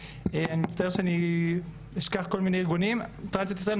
אני מצטער אם אני אשכח כל מיני ארגונים טרנסיות ישראל,